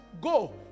go